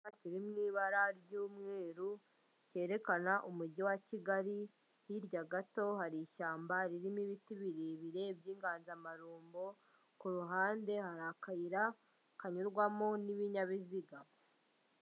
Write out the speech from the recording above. Icyapa kiri mu ibara ry'umweru kerekana Umujyi wa Kigali, hirya gato hari ishyamba ririmo ibiti birebire by'inganzamarumbo, ku ruhande hari akayira kanyurwamo n'ibinyabiziga.